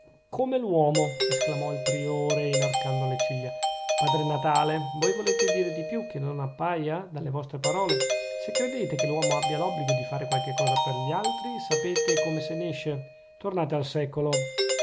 come l'uomo esclamò il priore inarcando le ciglia padre natale voi volete dire di più che non appaia dalle vostre parole se credete che l'uomo abbia l'obbligo di fare qualche cosa per gli altri sapete come se n'esce tornate al secolo